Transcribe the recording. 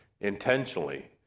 intentionally